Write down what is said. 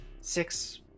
Six